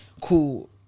Cool